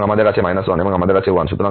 সুতরাং আমাদের আছে 1 এবং আমাদের আছে 1